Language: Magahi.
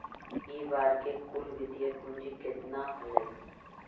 इ बार के कुल वित्तीय पूंजी केतना हलइ?